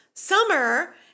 Summer